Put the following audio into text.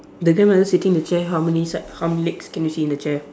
the grandmother sitting the chair how many side how many legs can you see in the chair